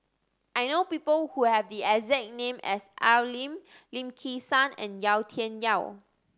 I know people who have the exact name as Al Lim Lim Kim San and Yau Tian Yau